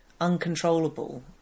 uncontrollable